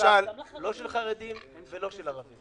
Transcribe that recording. בתעסוקה לא של חרדים ולא של ערבים.